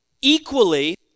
equally